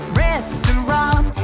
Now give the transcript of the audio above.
restaurant